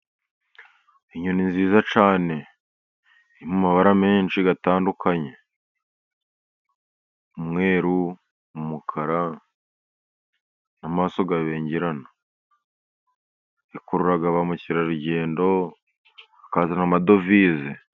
Inyoni nziza cyane iri mu mabara menshi atandukanye umweru, umukara, amaso abengerana, ikurura ba mukerarugendo bakazana amadovize.